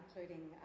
including